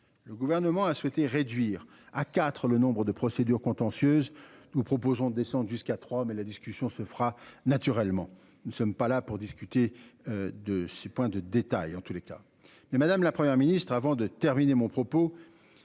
Le gouvernement a souhaité réduire à 4 le nombre de procédures contentieuses. Nous vous proposons de descendre jusqu'à 3 mais la discussion se fera naturellement. Nous ne sommes pas là pour discuter. De ces points de détail, en tous les cas. Et madame, la Première ministre, avant de terminer mon propos.